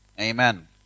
Amen